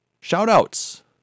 Shout-outs